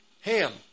Ham